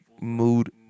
mood